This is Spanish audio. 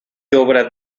obras